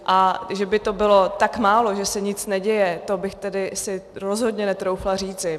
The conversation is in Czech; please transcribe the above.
A že by to bylo tak málo, že se nic neděje, to bych tedy si rozhodně netroufla říci.